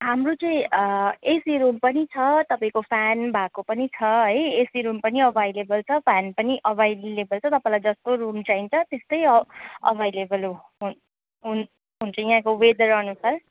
हाम्रो चाहिँ AC room पनि छ तपाईँको फ्यान भएको पनि छ है एसी रुम पनि एभाइलेबल छ फ्यान पनि एभाइलेबल छ तपाईँलाई जस्तो रुम चाहिन्छ त्यस्तै एभाइलेबल हो हुन हुन हुन्छ यहाँको वेदर अनुसार